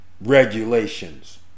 regulations